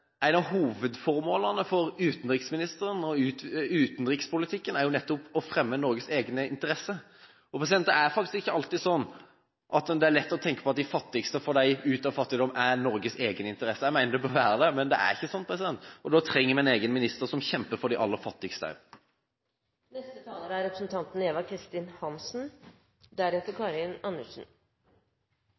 av hovedformålene til utenriksministeren og utenrikspolitikken er nettopp å fremme Norges egne interesser. Det er ikke alltid lett å tenke at det å få de fattigste ut av fattigdom er i Norges egeninteresse. Jeg mener det bør være det, men det er ikke slik. Da trenger vi en egen minister, som også kjemper for de aller fattigste.